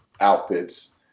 outfits